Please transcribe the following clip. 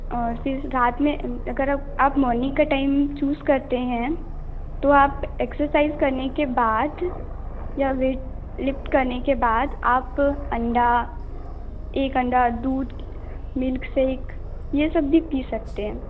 और फिर रात में अगर आप अब मॉर्निंग का टाइम चूज़ करते हैं तो आप एक्सरसाइज़ करने के बाद या वेट लिफ्ट करने के बाद आप अंडा एक अंडा दूध मिल्क शेक यह सब भी पी सकते हैं